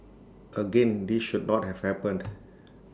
again this should not have happened